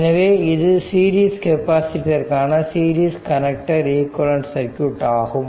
எனவே இது சீரிஸ் கெப்பாசிட்டருக்கான சீரிஸ் கனெக்டர் ஈக்விவலெண்ட் சர்க்யூட் ஆகும்